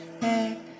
hey